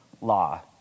law